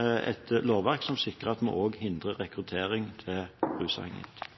et lovverk som sikrer at vi hindrer rekruttering til rusavhengighet.